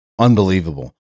Unbelievable